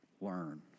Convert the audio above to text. learn